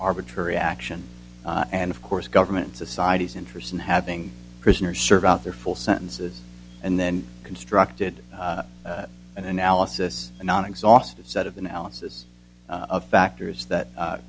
arbitrary action and of course government society's interest in having prisoners serve out their full sentences and then constructed an analysis non exhaustive set of analysis of factors that